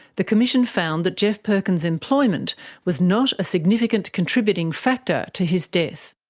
the commission found that geoff perkins' employment was not a significant contributing factor to his death.